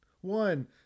One